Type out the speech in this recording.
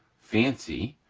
fancy,